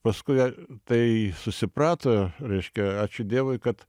paskui tai susiprato reiškia ačiū dievui kad